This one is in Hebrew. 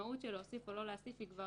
והמשמעות של להוסיף או לא להוסיף היא כבר